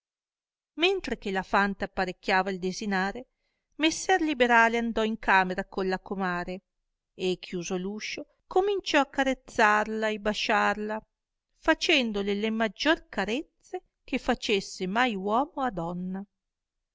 mentre che la fante apparecchiava il desinare messer liberale andò in camera colla comare e chiuso l'uscio cominciò accarezzarla e basciarla facendole le maggior carezze che facesse mai uomo a donna